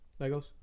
Legos